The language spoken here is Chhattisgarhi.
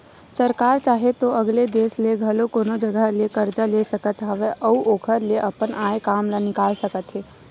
सरकार चाहे तो अलगे देस ले घलो कोनो जघा ले करजा ले सकत हवय अउ ओखर ले अपन आय काम ल निकाल सकत हे